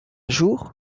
jour